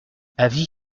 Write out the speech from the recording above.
avis